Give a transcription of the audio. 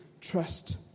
Trust